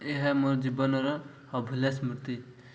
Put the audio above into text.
ଏହା ମୋ ଜୀବନର ଅଭୁଲା ସ୍ମୃତି